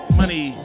money